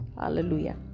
Hallelujah